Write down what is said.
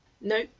No